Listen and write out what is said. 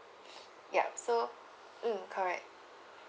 ya so mm correct